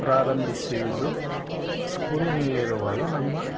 ಪ್ರಾರಂಭಿಸಿದ್ದು ಸ್ಕೂಲಲ್ಲಿರುವಾಗ ನಮ್ಮ